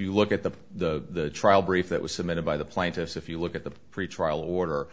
you look at the the trial brief that was submitted by the plaintiffs if you look at the pretrial order